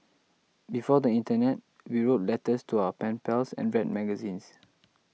before the internet we wrote letters to our pen pals and read magazines